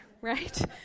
right